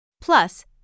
Plus